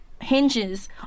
hinges